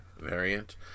variant